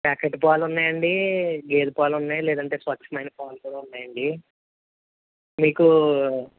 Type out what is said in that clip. packet పాలు ఉన్నాయండి గేదె పాలు ఉన్నాయి లేదంటే స్వచ్ఛమైన పాలు కూడా ఉన్నాయండి మీకు